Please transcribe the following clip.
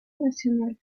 nacional